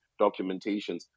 documentations